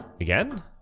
Again